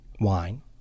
wine